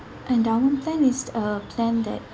endowment plan is a plan that